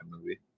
movie